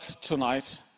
tonight